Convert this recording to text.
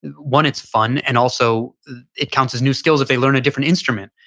one, its fun and also it counts as new skills if they learn a different instrument.